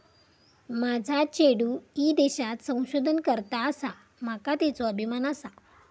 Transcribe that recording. माझा चेडू ईदेशात संशोधन करता आसा, माका त्येचो अभिमान आसा